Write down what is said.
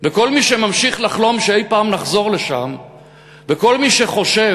כל מי שממשיך לחלום שאי-פעם נחזור לשם וכל מי שחושב